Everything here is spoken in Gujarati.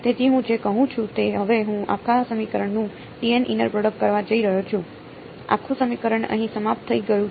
તેથી હું જે કહું છું તે હવે હું આખા સમીકરણનું ઈનર પ્રોડક્ટ કરવા જઈ રહ્યો છું આખું સમીકરણ અહીં સમાપ્ત થઈ ગયું છે